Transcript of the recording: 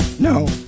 No